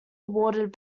awarded